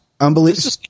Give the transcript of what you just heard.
Unbelievable